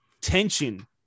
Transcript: tension